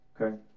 Okay